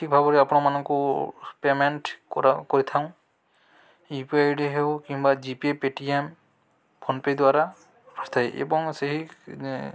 ଠିକ୍ ଭାବରେ ଆପଣମାନଙ୍କୁ ପ୍ୟାମେଣ୍ଟ କର କରିଥାଉଁ U P I I D ହେଉ କିମ୍ବା G Pay Paytm PhonePe ଦ୍ଵାରା ଥାଏ ଏବଂ ସେହି